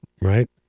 Right